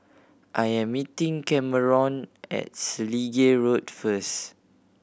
I am meeting Kameron at Selegie Road first